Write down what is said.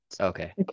Okay